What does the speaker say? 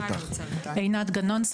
עינת גנון,